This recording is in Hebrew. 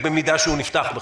אם הוא נפתח בכלל.